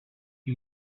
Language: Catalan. qui